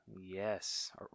Yes